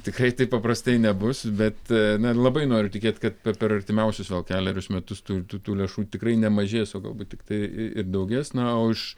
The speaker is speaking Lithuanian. tikrai taip paprastai nebus bet labai noriu tikėt kad per per artimiausius vėl kelerius metus tų tų tų lėšų tikrai nemažės o galbūt tiktai ir daugės na o iš